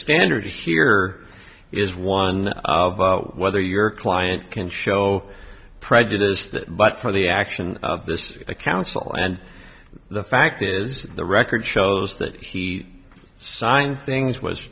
standard here is one of whether your client can show prejudice that but for the action of this counsel and the fact is the record shows that he signed things was